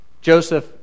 Joseph